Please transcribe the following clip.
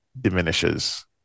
diminishes